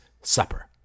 supper